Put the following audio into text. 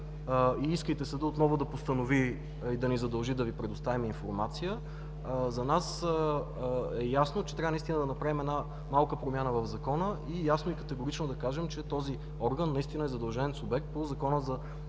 искайте съдът отново да постанови и да ни задължи да Ви предоставим информация, за нас е ясно, че трябва да направим малка промяна в Закона и ясно и категорично да кажем, че този орган е задължен субект по Закона за достъп